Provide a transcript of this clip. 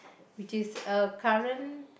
which is a current